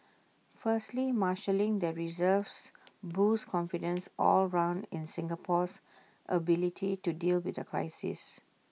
firstly marshalling the reserves boosts confidence all round in Singapore's ability to deal with the crisis